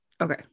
Okay